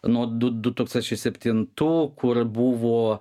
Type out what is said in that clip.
nuo du du tūkstančiai septintų kur buvo